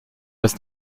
ist